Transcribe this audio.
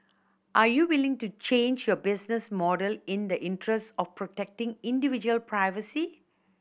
are you willing to change your business model in the interest of protecting individual privacy